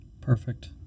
Perfect